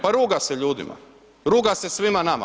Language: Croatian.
Pa ruga se ljudima, ruga se svima nama.